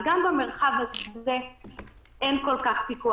אז גם במרחב הזה אין כל כך פיקוח.